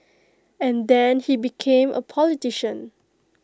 and then he became A politician